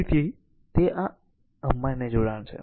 તેથી આ અમાન્ય જોડાણ છે